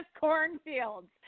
cornfields